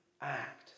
act